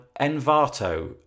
Envato